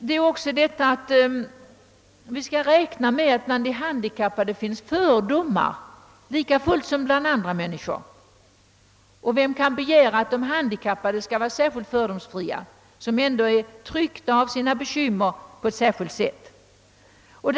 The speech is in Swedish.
Vi bör också vara på det klara med att det bland de handikappade lika väl som bland andra människor finns fördomar. Vem kan begära att de handikappade som ändå trycks av stora be kymmer skall vara särskilt fördomsfria?